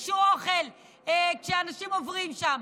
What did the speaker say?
שיבקשו אוכל כשאנשים עוברים שם.